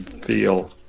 feel